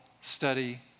study